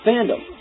Fandom